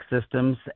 systems